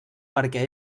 perquè